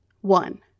one